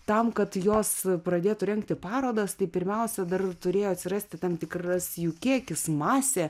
tam kad jos pradėtų rengti parodas tai pirmiausia dar turėjo atsirasti tam tikras jų kiekis masė